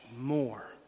more